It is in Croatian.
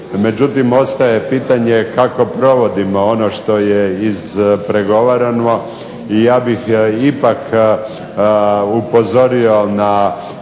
Međutim, ostaje pitanje kako provodimo ono što je ispregovarano i ja bih ipak upozorio na